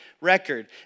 record